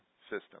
System